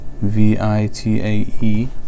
V-I-T-A-E